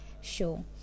show